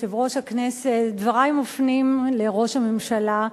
יושב-ראש הכנסת, דברי מופנים לראש הממשלה,